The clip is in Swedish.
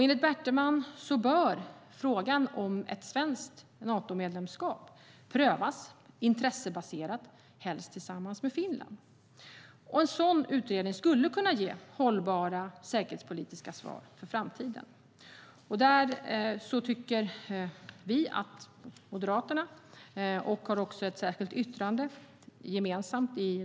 Enligt Bertelman bör frågan om ett svenskt Natomedlemskap prövas intressebaserat, helst tillsammans med Finland. En sådan utredning skulle kunna ge hållbara säkerhetspolitiska svar för framtiden. Vi moderater tycker därför att regeringen borde tillsätta en sådan utredning inom kort.